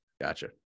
Gotcha